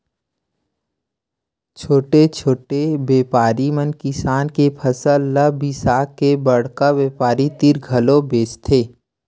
छोटे छोटे बेपारी मन किसान के फसल ल बिसाके बड़का बेपारी तीर घलोक बेचथे